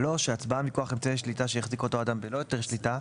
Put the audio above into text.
שהצבעה מכוח אמצעי שליטה שהחזיק אותו אדם בלא היתר שליטה,